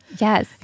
Yes